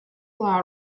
law